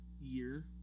year